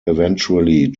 eventually